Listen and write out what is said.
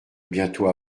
bientôt